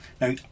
Now